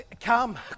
come